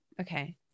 Okay